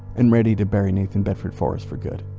and ready to bury nathan bedford forrest for good